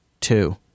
two